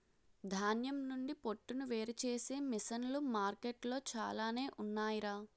ధాన్యం నుండి పొట్టును వేరుచేసే మిసన్లు మార్కెట్లో చాలానే ఉన్నాయ్ రా